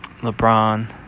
LeBron